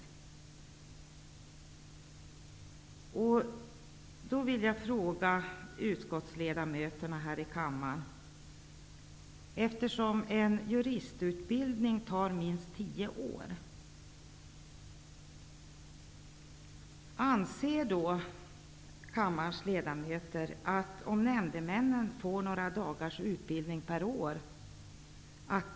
Eftersom en juristutbildning tar minst tio år, vill jag fråga utskottsledamöterna här i kammaren om de anser att det skulle motsvara en juridisk utbildning om nämndemännen fick några dagars utbildning per år.